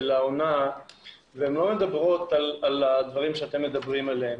העונה והן לא מדברות על הדברים שאתם מדברים עליהם.